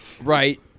Right